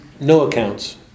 no-accounts